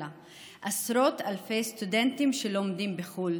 לה: עשרות אלפי סטודנטים שלומדים בחו"ל,